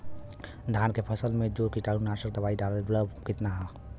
धान के फसल मे जो कीटानु नाशक दवाई डालब कितना?